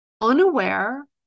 unaware